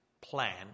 plan